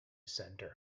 centre